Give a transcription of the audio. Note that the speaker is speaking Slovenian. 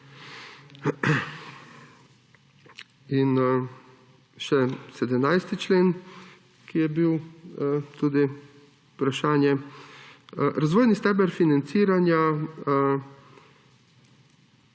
In še 17. člen, ki je bil tudi vprašanje. Razvojni steber financiranja